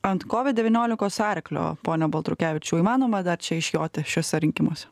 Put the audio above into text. ant kovid devyniolikos arklio pone baltrukevičiau įmanoma dar čia išjoti šiuose rinkimuose